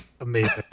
Amazing